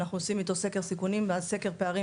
אנחנו עושים איתו סקר סיכונים ואז סקר פערים